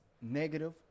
negative